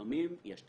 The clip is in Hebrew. לפעמים יש תקלות.